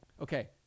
Okay